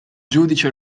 giudice